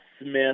Smith